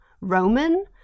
Roman